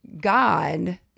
God